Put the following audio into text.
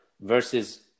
versus